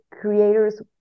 creators